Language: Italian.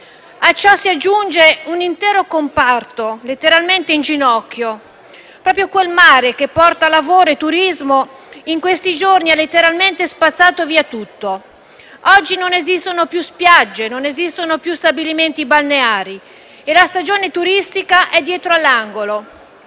A ciò si aggiunge un intero comparto letteralmente in ginocchio. Proprio quel mare, che porta lavoro e turismo, in questi giorni ha letteralmente spazzato via tutto. Oggi non esistono più spiagge, non esistono più stabilimenti balneari e la stagione turistica è dietro l'angolo,